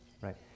right